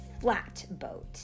flatboat